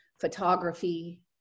photography